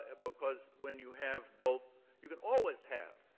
and because when you have both you can always have,